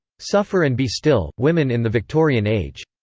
suffer and be still women in the victorian age.